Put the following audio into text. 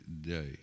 day